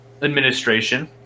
administration